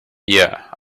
yeah